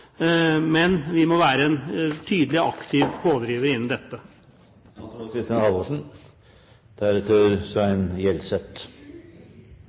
Vi må være en tydelig og aktiv pådriver innen dette.